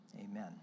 Amen